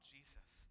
Jesus